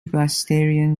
presbyterian